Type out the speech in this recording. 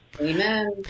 Amen